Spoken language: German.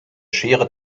schere